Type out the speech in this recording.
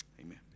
Amen